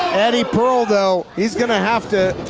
eddie pearl though, he's gonna have to